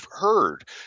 heard